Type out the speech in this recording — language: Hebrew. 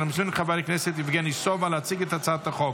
נעבור לנושא הבא על סדר-היום: הצעת חוק